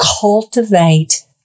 cultivate